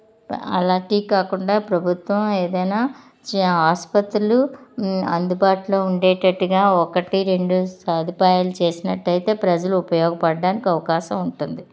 అలాంటివి కాకుండా ప్రభుత్వం ఏదన్న చ ఆసుపత్రులు అందుబాటులో ఉండేటట్టుగా ఒకటి రెండు సదుపాయాలు చేసినట్టయితే ప్రజలు ఉపయోగపడడానికి అవకాశం ఉంటుంది